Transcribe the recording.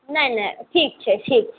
नहि नहि ठीक छै ठीक छै